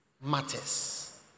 matters